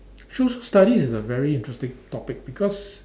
social studies is a very interesting topic because